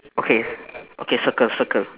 okay okay circle circle